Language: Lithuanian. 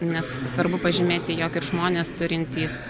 nes svarbu pažymėti jog ir žmonės turintys